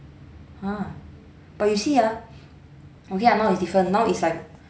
!huh! but you see ah okay lah now is different now it's like